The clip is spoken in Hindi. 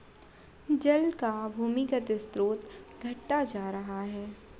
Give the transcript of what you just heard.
जल का भूमिगत स्रोत घटता जा रहा है